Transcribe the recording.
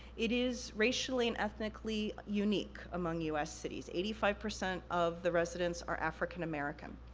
it is racially and ethnically unique among u s. cities. eighty five percent of the residents are african american.